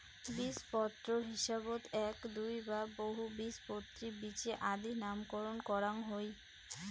বীজপত্রর হিসাবত এ্যাক, দুই বা বহুবীজপত্রী বীচি আদি নামকরণ করাং হই